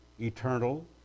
eternal